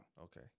Okay